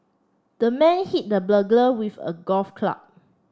the man hit the burglar with a golf club